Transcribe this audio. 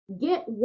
get